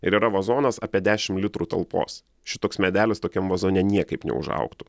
ir yra vazonas apie dešim litrų talpos šitoks medelis tokiam vazone niekaip neužaugtų